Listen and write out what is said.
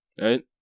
right